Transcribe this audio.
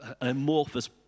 amorphous